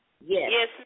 Yes